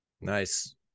Nice